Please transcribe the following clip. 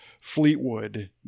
Fleetwood